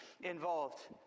involved